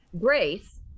Grace